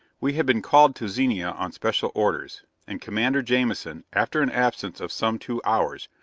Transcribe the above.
we had been called to zenia on special orders, and commander jamison, after an absence of some two hours,